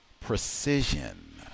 Precision